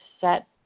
set